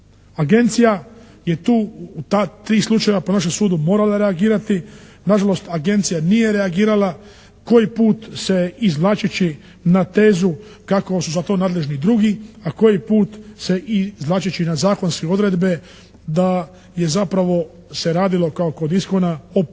Agencija je tu u ta tri slučaja po našem sudu morala reagirati, na žalost Agencija nije reagirala, koji put se izvlačeći na tezu kako su za to nadležni drugi, a koji put se izvlačeći na zakonske odredbe da je zapravo se radilo kao kod Iskon-a o premalom